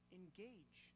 engage